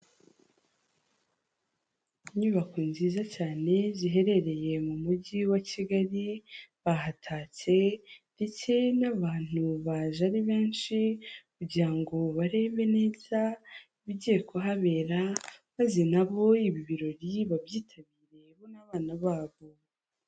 Inyubako nziza cyane ziherereye mu mujyi wa Kigali, bahatatse ndetse n'abantu baje ari benshi, kugira ngo barebe neza ibigiye kuhabera maze nabo ibi birori babyitabirire bo n'abana babo.